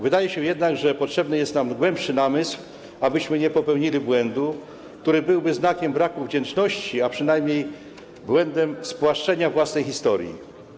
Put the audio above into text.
Wydaje się jednak, że potrzebny jest nam głębszy namysł, abyśmy nie popełnili błędu, który byłby znakiem braku wdzięczności, a przynajmniej błędem spłaszczenia własnej historii.